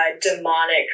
demonic